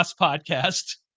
podcast